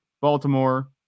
Baltimore